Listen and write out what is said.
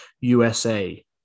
USA